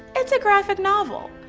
it's a graphic novel.